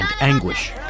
anguish